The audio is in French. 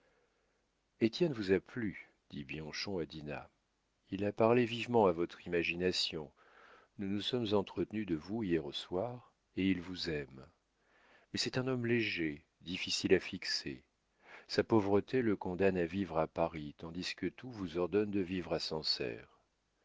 servir étienne vous a plu dit bianchon à dinah il a parlé vivement à votre imagination nous nous sommes entretenus de vous hier au soir et il vous aime mais c'est un homme léger difficile à fixer sa pauvreté le condamne à vivre à paris tandis que tout vous ordonne de vivre